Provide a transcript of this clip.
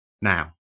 Now